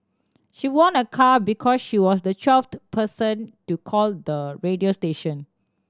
she won a car because she was the twelfth person to call the radio station